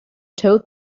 told